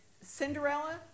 Cinderella